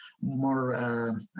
more